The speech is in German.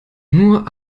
nur